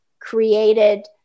created